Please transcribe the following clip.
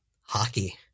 hockey